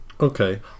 Okay